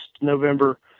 November